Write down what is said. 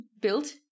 built